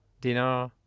dinner